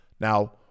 Now